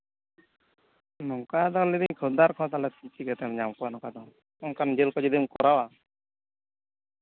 ᱱᱚᱝᱠᱟ ᱫᱚ ᱞᱟᱹᱭᱫᱟᱹᱧ ᱛᱟᱦᱚᱞᱮ ᱠᱷᱚᱫᱽᱫᱟᱨ ᱠᱚᱦᱚᱸ ᱪᱤᱠᱟᱹ ᱛᱮᱢ ᱧᱟᱢ ᱠᱚᱣᱟ ᱚᱱᱠᱟᱱ ᱡᱤᱞ ᱠᱚ ᱡᱚᱫᱤᱢ ᱠᱚᱨᱟᱣᱟ